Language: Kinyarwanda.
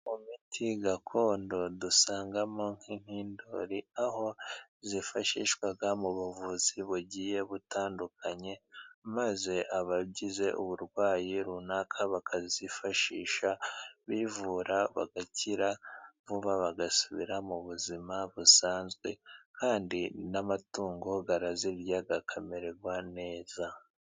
Imiti gakondo dusangamo nk'indondori, aho zifashishwa mu buvuzi bugiye butandukanye, maze abagize uburwayi runaka bakazifashisha, bivura bagakira vuba bagasubira mu buzima busanzwe, kandi n'amatungo arazirya akamererwa neza.